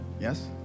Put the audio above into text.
Yes